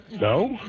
No